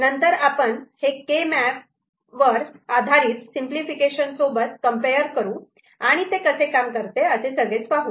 नंतर आपण हे के मॅप आधारित सिंपलिफिकेशन्स सोबत कम्पेअर करू आणि ते कसे काम करते असे सगळेच पाहू